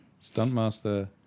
Stuntmaster